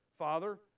Father